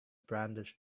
brandished